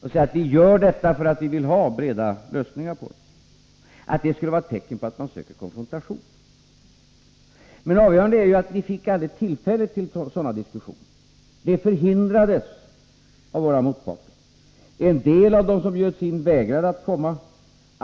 därför att man vill ha till stånd en bred lösning, hur kan det vara ett tecken på att man söker konfrontation? Avgörande är ju att vi fick aldrig tillfälle till några diskussioner. Det förhindrades av våra motparter. En del av dem som bjöds in vägrade att komma.